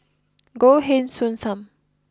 Goh Heng Soon Sam